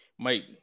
Mike